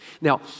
Now